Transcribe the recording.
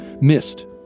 missed